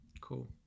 Cool